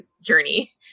journey